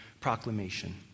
Proclamation